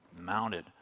Mounted